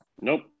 Nope